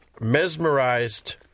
mesmerized